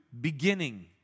beginning